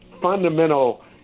fundamental